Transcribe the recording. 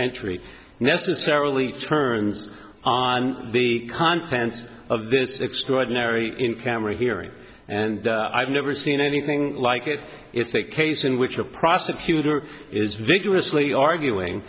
entry necessarily turns the contents of this extraordinary in camera hearing and i've never seen anything like it it's a case in which a prosecutor is vigorously arguing